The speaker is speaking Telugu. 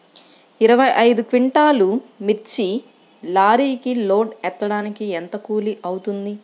ఇరవై ఐదు క్వింటాల్లు మిర్చి లారీకి లోడ్ ఎత్తడానికి ఎంత కూలి అవుతుంది?